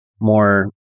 more